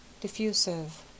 diffusive